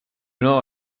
know